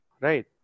right